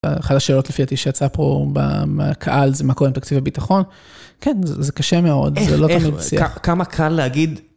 אחת השאלות לפי אותי שיצאה פה בקהל זה מה קורא לתקציב הביטחון, כן, זה קשה מאוד, זה לא תמיד מצליח. כמה קל להגיד.